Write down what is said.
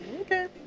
Okay